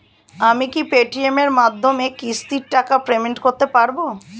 আমি কি Paytm এর মাধ্যমে কিস্তির টাকা পেমেন্ট করতে পারব?